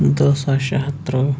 دٔہ ساس شےٚ ہَتھ تٕرٛہ